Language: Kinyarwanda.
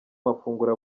mafunguro